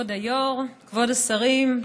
כבוד היושב-ראש, כבוד השרים,